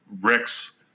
Rex